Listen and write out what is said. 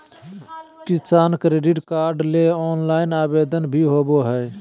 किसान credit card ले online आवेदन भी होबय हय